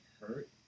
hurt